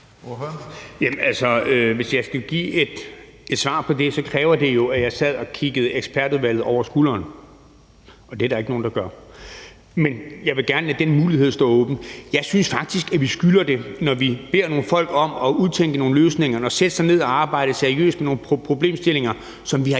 hvis jeg skulle give et svar på det, ville det jo kræve, at jeg sad og kiggede ekspertudvalget over skulderen – og det er der ikke nogen der gør. Men jeg vil gerne lade den mulighed stå åben. Jeg synes faktisk, at vi skylder dem det, når vi beder nogle folk om at udtænke nogle løsninger og sætte sig ned og arbejde seriøst med nogle problemstillinger, som vi har